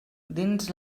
dins